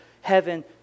heaven